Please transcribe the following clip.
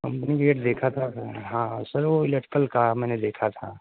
company ویٹ دیکھا تھا ہاں سر وہ الیکٹرکل کا میں نے دیکھا تھا